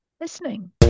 listening